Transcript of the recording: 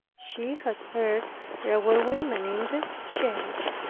she had heard there were women in the chaise,